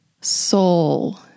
soul